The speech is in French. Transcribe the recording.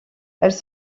elles